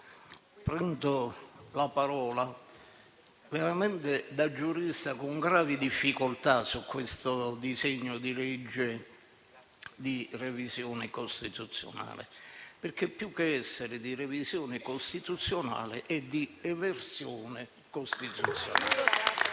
prendo la parola con gravi difficoltà su questo disegno di legge di revisione costituzionale, perché più che essere di revisione costituzionale è di eversione costituzionale